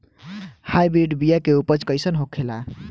Hybrid बीया के उपज कैसन होखे ला?